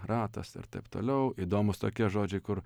ratas ir taip toliau įdomūs tokie žodžiai kur